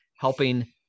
helping